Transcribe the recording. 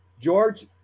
george